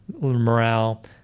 morale